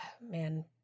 man